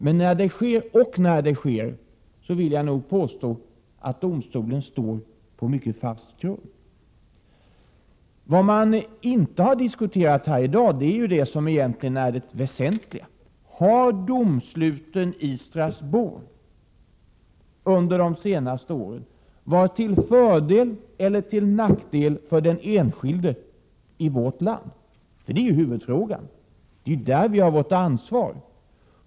Men om och när detta sker vill jag påstå att domstolen står på mycket fast grund. Vad man inte har diskuterat här i dag är det som egentligen är det väsentliga: Har domsluten i Strasbourg under de senaste åren varit till fördel eller till nackdel för den enskilde i vårt land? Detta är huvudfrågan, det är ju där vi har vårt ansvar.